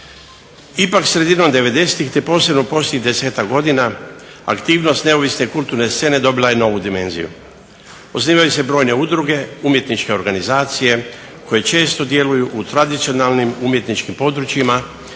Ipak, sredinom '90-ih te posebno posljednjih 10-ak godina aktivnost neovisne kulturne scene dobila je novu dimenziju. Osnivaju se brojne udruge, umjetničke organizacije koje često djeluju u tradicionalnim umjetničkim područjima